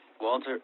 Walter